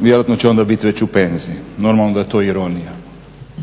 Vjerojatno će onda bit već u penziji. Normalno da je to ironija